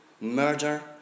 murder